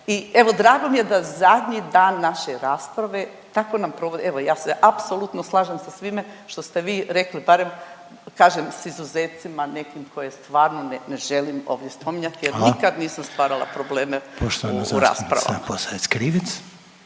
i evo drago mi je da zadnji dan naše rasprave tako nam provodi, evo ja se apsolutno slažem sa svime što ste vi rekli barem kažem s izuzetcima nekim koje stvarno ne želim ovdje spominjati …/Upadica Reiner: Hvala./… jer nikad nisam stvarala probleme u raspravama. **Reiner,